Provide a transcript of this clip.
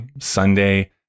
sunday